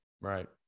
right